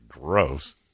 gross